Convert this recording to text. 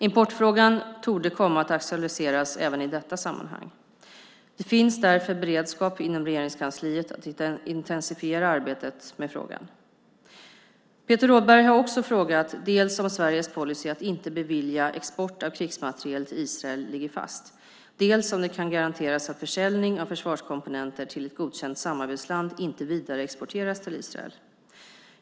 Importfrågan torde komma att aktualiseras även i detta sammanhang. Det finns därför beredskap inom Regeringskansliet att intensifiera arbetet med frågan. Peter Rådberg har också frågat dels om Sveriges policy att inte bevilja export av krigsmateriel till Israel ligger fast, dels om det kan garanteras att försvarskomponenter som säljs till ett godkänt samarbetsland inte vidareexporteras till Israel.